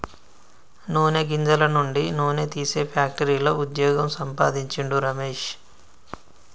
నూనె గింజల నుండి నూనె తీసే ఫ్యాక్టరీలో వుద్యోగం సంపాందించిండు రమేష్